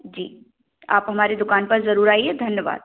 जी आप हमारे दुकान पर ज़रूर आइए धन्यवाद